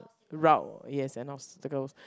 route yes and obstacles